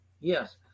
Yes